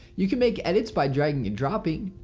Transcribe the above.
you can make edits by dragging and dropping.